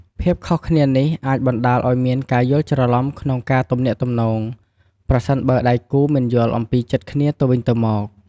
ភាពខុសគ្នានេះអាចបណ្ដាលឱ្យមានការយល់ច្រឡំក្នុងការទំនាក់ទំនង ប្រសិនបើដៃគូមិនយល់អំពីចិត្តគ្នាទៅវិញទៅមក។